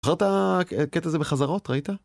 את זוכר את הקטע בחזרות ראית?